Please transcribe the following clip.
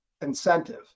incentive